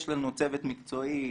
יש לנו צוות מקצועי,